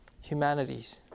humanities